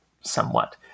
somewhat